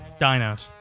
dinos